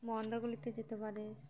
মন্দারমণিতে যেতে পারে